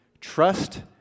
trust